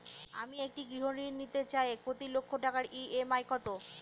আমি একটি গৃহঋণ নিতে চাই প্রতি লক্ষ টাকার ই.এম.আই কত?